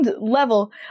level